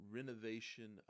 renovation